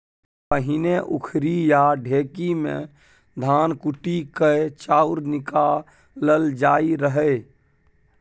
पहिने उखरि या ढेकी मे धान कुटि कए चाउर निकालल जाइ रहय